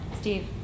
Steve